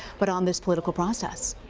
but on this political process?